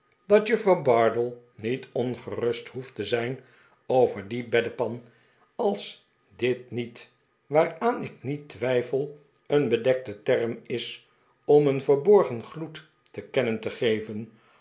dat juffrouw bardell niet ongerust behoeft te zijn over die beddepan als dit niet waaraan ik niet twijfel een bedekte term is om een verborgen gloed te kennen te geven